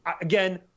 again